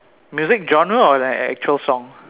music genre or the actual song